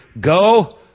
Go